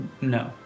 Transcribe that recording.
no